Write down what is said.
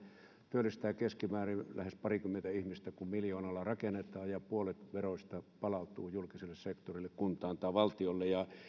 työllistää keskimäärin lähes parikymmentä ihmistä kun miljoonalla rakennetaan ja puolet veroista palautuu julkiselle sektorille kuntaan tai valtiolle